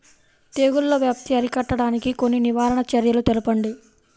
తెగుళ్ల వ్యాప్తి అరికట్టడానికి కొన్ని నివారణ చర్యలు తెలుపండి?